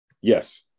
Yes